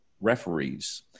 referees